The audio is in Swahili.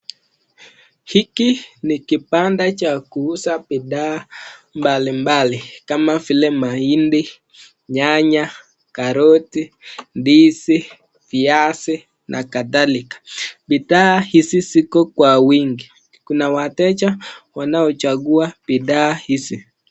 Hiki ni kibanda cha kuuza bidhaa mbalimbali kama vile mahindi, nyanya, karoti, ndizi, viazi na kadhalika. Bidhaa hizi ziko kwa wingi. Kuwa wateja wanao chagua bidhaa hizi.